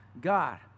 God